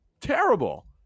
terrible